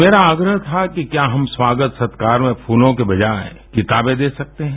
मेरा आग्रह था कि क्या हम स्वागत सत्कार और फूलों की बजाय किताबें दे सकते हैं